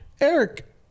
Eric